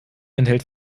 enthält